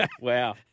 Wow